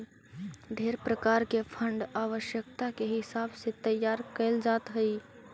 ढेर प्रकार के फंड आवश्यकता के हिसाब से तैयार कैल जात हई